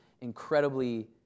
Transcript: incredibly